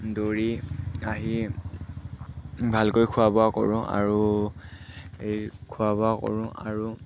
দৌৰি আহি ভালকৈ খোৱা বোৱা কৰোঁ আৰু এই খোৱা বোৱা কৰোঁ আৰু